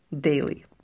daily